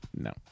No